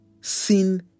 Sin